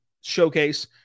showcase